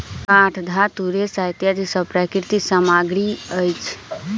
काठ, धातु, रेशा इत्यादि सब प्राकृतिक सामग्री अछि